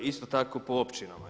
Isto tako po općinama.